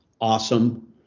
awesome